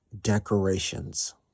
decorations